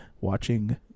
watching